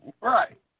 Right